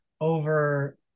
over